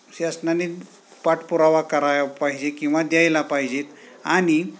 शासनाने पाठपुरावा कराया पाहिजे किंवा द्यायला पाहिजेत आणि